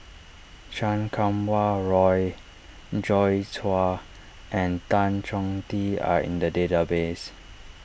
Chan Kum Wah Roy Joi Chua and Tan Choh Tee are in the database